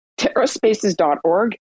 TerraSpaces.org